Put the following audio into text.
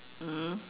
mm